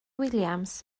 williams